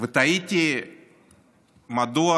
ותהיתי מדוע,